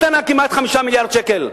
מתנה של כמעט 5 מיליארדי שקל.